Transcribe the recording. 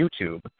YouTube